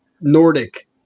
Nordic